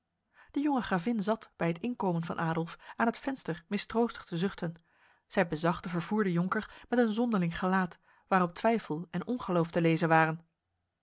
de jonge gravin zat bij het inkomen van adolf aan het venster mistroostig te zuchten zij bezag de vervoerde jonker met een zonderling gelaat waarop twijfel en ongeloof te lezen waren